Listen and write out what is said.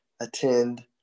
attend